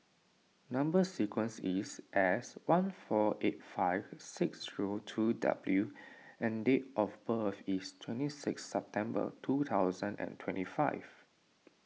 Number Sequence is S one four eight five six zero two W and date of birth is twenty six September twenty twenty five